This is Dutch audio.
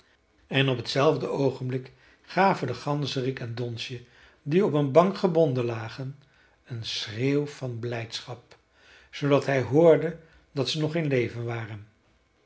en op t zelfde oogenblik gaven de ganzerik en donsje die op een bank gebonden lagen een schreeuw van blijdschap zoodat hij hoorde dat ze nog in leven waren